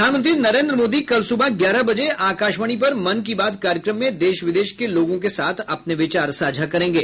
प्रधानमंत्री नरेन्द्र मोदी कल सुबह ग्यारह बजे आकाशवाणी पर मन की बात कार्यक्रम में देश विदेश के लोगों के साथ अपने विचार साझा करेंगे